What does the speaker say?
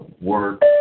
work